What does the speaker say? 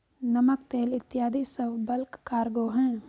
नमक, तेल इत्यादी सब बल्क कार्गो हैं